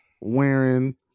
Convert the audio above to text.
wearing